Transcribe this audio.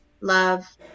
Love